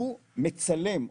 הוא מצלם,